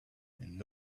and